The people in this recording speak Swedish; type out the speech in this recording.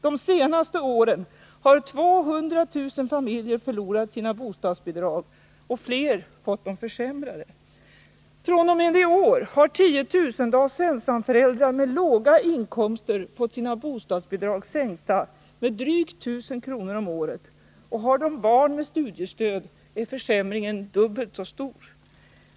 De senaste åren har 200 000 familjer förlorat sina bostadsbidrag och fler fått dem försämrade. Från och med i år har tiotusentals ensamföräldrar med låga inkomster fått sina bostadsbidrag sänkta med drygt 1 000 kronor om året. För den som har barn med studiestöd är försämringen dubbelt så stor.